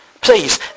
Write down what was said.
Please